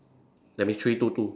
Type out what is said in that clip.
that means three two two